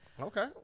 okay